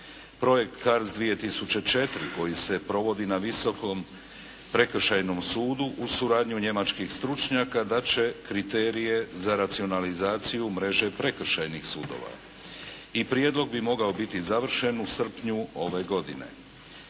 Projekt CARDS 2004 koji se provodi na Visokom prekršajnom sudu uz suradnju njemačkih stručnjaka dat će kriterije za racionalizaciju mreže prekršajnih sudova i prijedlog bi mogao biti završen u srpnju ove godine.